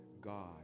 God